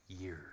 years